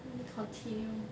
let me continue